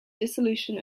dissolution